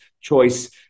choice